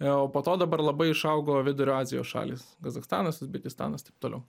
o po to dabar labai išaugo vidurio azijos šalys kazachstanas uzbekistanas taip toliau